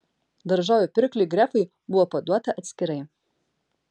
daržovių pirkliui grefui buvo paduota atskirai